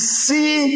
see